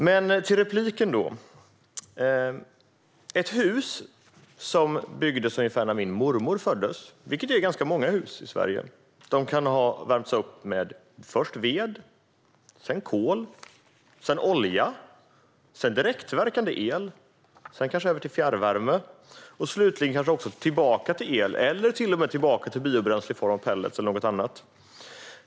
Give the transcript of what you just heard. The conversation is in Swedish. Över till repliken: De hus som byggdes ungefär när min mormor föddes, vilket är ganska många hus i Sverige, kan ha värmts upp med först ved, sedan kol, olja, direktverkande el och sedan kanske över till fjärrvärme och slutligen tillbaka till el eller till och med till biobränsle i form av pellets eller något annat.